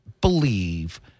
believe